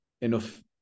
enough